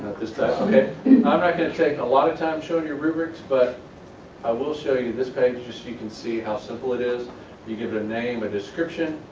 this time, ok i'm not going to take a lot of time showing you rubrics but i will show you this page just so you can see how simple it is you give it a name, a description,